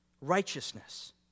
righteousness